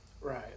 Right